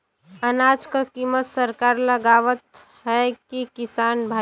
अनाज क कीमत सरकार लगावत हैं कि किसान भाई?